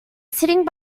sitting